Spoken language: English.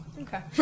Okay